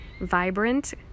vibrant